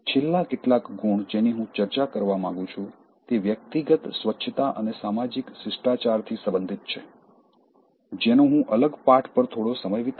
છેલ્લા કેટલાક ગુણ જેની હું ચર્ચા કરવા માંગું છું તે વ્યક્તિગત સ્વચ્છતા અને સામાજિક શિષ્ટાચારથી સંબંધિત છે જેનો હું અલગ પાઠ પર થોડો સમય વિતાવીશ